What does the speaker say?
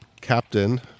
captain